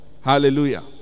Hallelujah